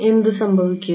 എന്തു സംഭവിക്കും